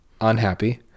unhappy